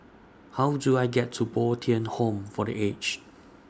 How Do I get to Bo Tien Home For The Aged